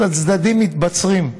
אז הצדדים מתבצרים.